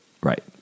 Right